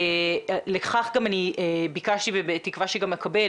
לכך גם אני ביקשתי ובתקווה שגם אקבל